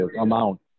amount